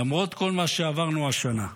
למרות כל מה שעברנו השנה.